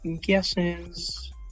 guesses